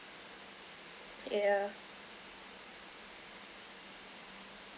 yeah